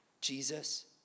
Jesus